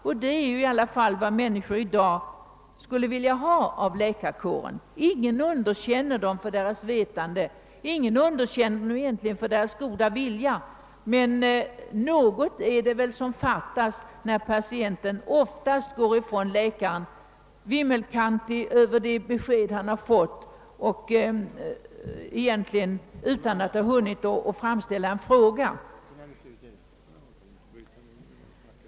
En sådan kontakt skulle människor i dag vilja ha med läkaren. Ingen underkänner läkarens vetande, ingen misstror hans goda vil ja, men det fattas väl något när patienten oftast får gå från läkaren vimmelkantig över det besked han fått och utan att egentligen ha fått något tillfälle att framställa en enda fråga.